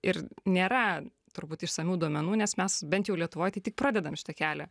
ir nėra turbūt išsamių duomenų nes mes bent jau lietuvoj tai tik pradedam šitą kelią